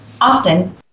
Often